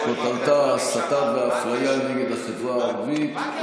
שכותרתה: ההסתה והאפליה נגד החברה הערבית,